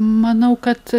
manau kad